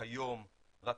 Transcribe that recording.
כיום רק